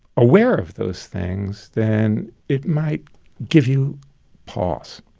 aware of those things, then it might give you pause.